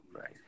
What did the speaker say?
right